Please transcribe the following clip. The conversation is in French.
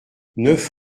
neuf